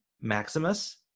Maximus